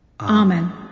Amen